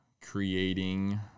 creating